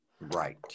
right